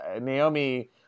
Naomi